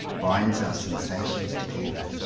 binds our sensations together.